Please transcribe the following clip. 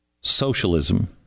socialism